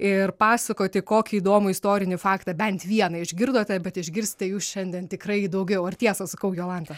ir pasakoti kokį įdomų istorinį faktą bent vieną išgirdote bet išgirsti jų šiandien tikrai daugiau ar tiesą sakau jolanta